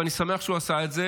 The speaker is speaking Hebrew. ואני שמח שהוא עשה את זה